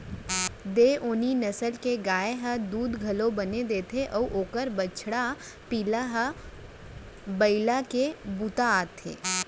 देओनी नसल के गाय ह दूद घलौ बने देथे अउ ओकर बछवा पिला ह बइला के बूता आथे